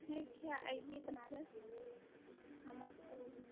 ठीक है आइये बनारस हम आपको